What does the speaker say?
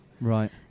Right